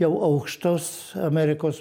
jau aukštos amerikos